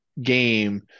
game